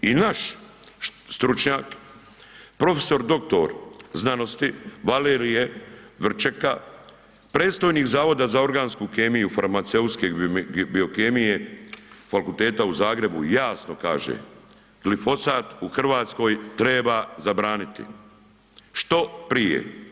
I naš stručnjak, prof. dr. znanosti Valerije Vrčeka predstojnik Zavoda za organsku kemiju i farmaceutske biokemije Fakulteta u Zagrebu jasno kaže, glifosat u RH treba zabraniti što prije.